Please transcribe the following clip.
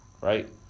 right